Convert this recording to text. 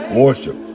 worship